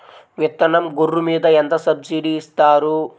విత్తనం గొర్రు మీద ఎంత సబ్సిడీ ఇస్తారు?